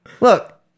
Look